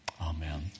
Amen